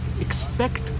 expect